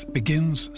begins